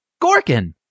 Gorkin